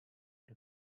den